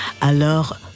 Alors